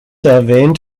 erwähnt